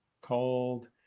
called